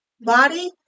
Body